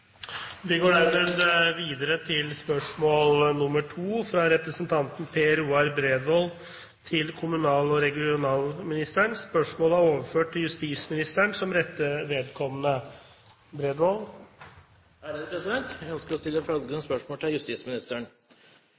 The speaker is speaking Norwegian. fra Per Roar Bredvold til kommunal- og regionalministeren, er overført til justisministeren som rette vedkommende. Jeg ønsker å stille følgende spørsmål til justisministeren: